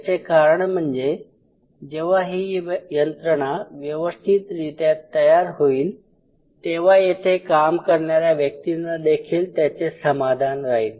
याचे कारण म्हणजे जेव्हा ही यंत्रणा व्यवस्थितरित्या तयार होईल तेव्हा येथे काम करणाऱ्या व्यक्तींना देखील त्याचे समाधान राहील